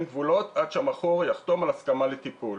כבולות עד שהמכור יחתום על הסכמה לטיפול